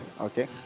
Okay